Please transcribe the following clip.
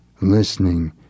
listening